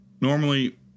normally